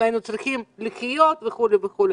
היינו צריכים להמשיך לתפקד וכו'.